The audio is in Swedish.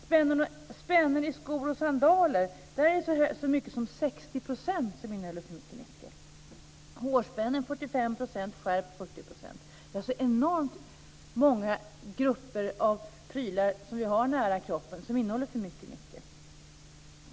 60 % av spännena i skor och sandaler innehåller för mycket nickel. För hårspännen gäller 45 % och för skärp 40 %. Det är alltså enormt många grupper av prylar som vi har nära kroppen som innehåller för mycket nickel.